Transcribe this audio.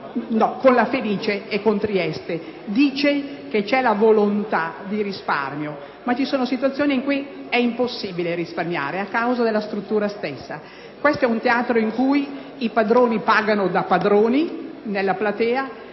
con La Fenice e con Trieste, sostenendo che vi è la volontà di risparmio. Ma vi sono situazioni in cui è impossibile risparmiare a causa della struttura stessa. L'Arena è un teatro in cui i padroni pagano da padroni nella platea